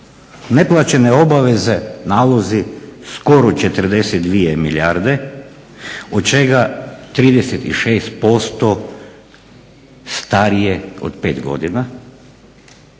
Neplaćene obveze, nalozi skoro 42 milijarde od čega 35% starije od pet godina,